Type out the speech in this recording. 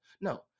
No